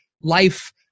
life